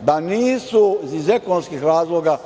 da nisu iz ekonomskih razloga